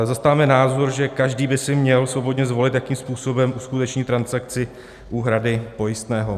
Zastáváme názor, že každý by si měl svobodně zvolit, jakým způsobem uskuteční transakci úhrady pojistného.